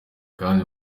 kandi